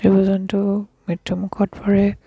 জীৱ জন্তু মৃত্যুমুখত পৰে